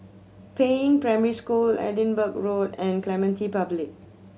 Peiying Primary School Edinburgh Road and Clementi Public